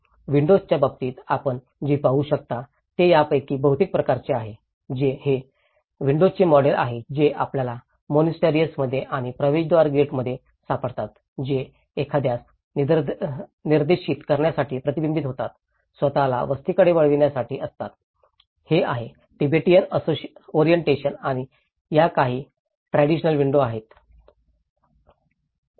विंडोजच्या बाबतीत आपण जे पाहू शकता ते हे यापैकी बहुतेक प्रकारचे आहे हे विन्डोचे मॉडेल आहेत जे आपल्याला मोनास्टरीएसां मध्ये आणि प्रवेशद्वार गेटवेमध्ये सापडतात जे एखाद्यास निर्देशित करण्यासाठी प्रतिबिंबित होतात स्वतःला वस्तीकडे वळविण्यासाठी असतात हे आहे तिबेटियन ओरीनटेशन आणि या काही ट्रॅडिशनल विन्डो आहेत